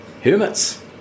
Hermits